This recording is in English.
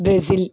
Brazil